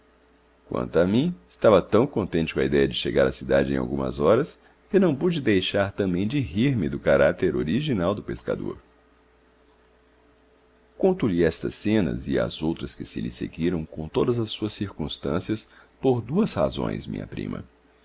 quanto a mim estava tão contente com a idéia de chegar à cidade em algumas horas que não pude deixar também de rir me do caráter original do pescador conto-lhe estas cenas e as outras que se lhe seguiram com todas as suas circunstâncias por duas razões minha prima